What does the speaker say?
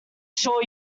sure